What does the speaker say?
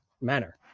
manner